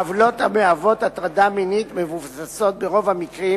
העוולות המהוות הטרדה מינית מבוססות ברוב המקרים